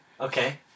Okay